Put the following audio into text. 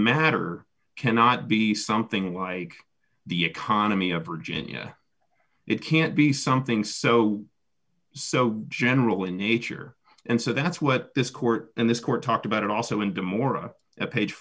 matter cannot be something like the economy of virginia it can't be something so so general in nature and so that's what this court and this court talked about it also into more of a page